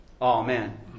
Amen